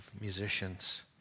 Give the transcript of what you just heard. musicians